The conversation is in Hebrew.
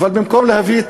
אקרית ובירעם.